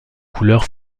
couleurs